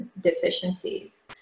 deficiencies